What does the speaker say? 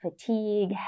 fatigue